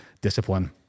discipline